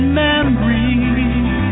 memories